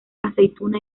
aceituna